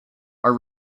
are